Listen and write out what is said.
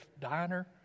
diner